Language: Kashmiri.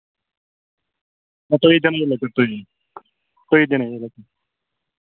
نَہ تُہۍ دیٚاوٕنٲوِو لٔکٕر تُہۍ تُہۍ دیاوٕنٲوِو لٔکٕر